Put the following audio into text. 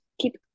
Keep